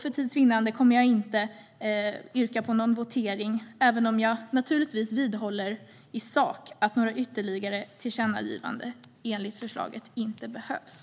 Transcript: För tids vinnande kommer jag inte att yrka på att vi ska ha någon votering, även om jag naturligtvis vidhåller i sak att några ytterligare tillkännagivanden enligt förslaget inte behövs.